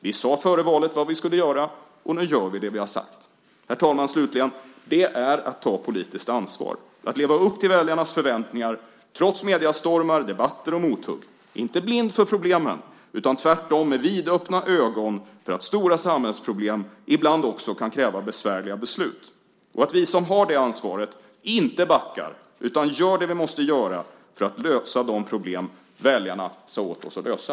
Vi sade före valet vad vi skulle göra, och nu gör vi det som vi har sagt. Slutligen, herr talman, är att ta politiskt ansvar att leva upp till väljarnas förväntningar - trots mediestormar, debatter och mothugg - inte blind för problemen utan tvärtom med vidöppna ögon därför att stora samhällsproblem ibland också kan kräva besvärliga beslut. Vi som har det ansvaret får inte backa utan göra det som vi måste göra för att lösa de problem väljarna bad oss att lösa.